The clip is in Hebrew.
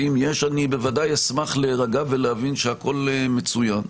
ואם יש אני בוודאי אשמח להירגע ולהבין שהכול מצוין,